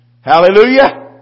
Hallelujah